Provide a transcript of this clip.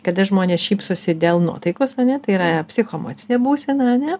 kada žmonės šypsosi dėl nuotaikos ar ne tai yra psichoemocinė būsena ar ne